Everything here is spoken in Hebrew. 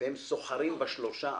והם סוחרים ב-3%,